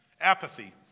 Apathy